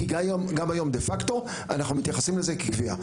כי גם היום דה פקטו אנחנו מתייחסים לזה כקביעה.